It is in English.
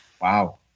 Wow